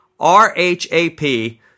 RHAP